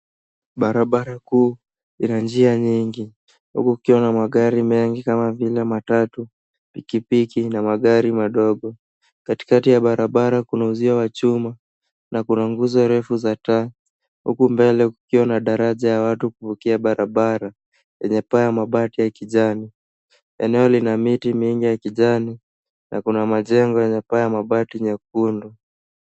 Barabara kuu ina njia nyingi huku kukiwa na magari mengi kama vile matatu, pikipiki na magari madogo. Katikati ya barabara kuna usio wa chuma na kuna nguzo refu za taa huku mbele kukiwa na daraja ya watu kuvukia barabara enye paa ya mabati ya kijani. Eneo lina miti mingi ya kijani na kuna majengo ya paa ya mabati nyekundu.